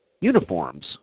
uniforms